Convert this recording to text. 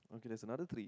okay there's another three